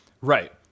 Right